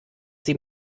sie